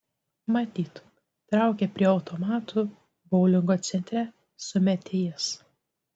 matyt traukia prie automatų boulingo centre sumetė jis